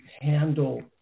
handle